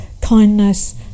kindness